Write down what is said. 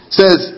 says